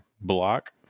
block